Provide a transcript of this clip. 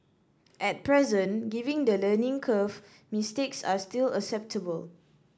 at present given the learning curve mistakes are still acceptable